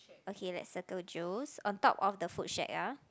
okay let's circle Jo's on top of the food shack ya